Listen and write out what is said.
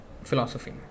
philosophy